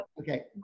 Okay